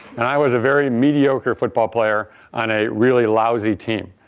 and i was a very mediocre football player on a really lousy team.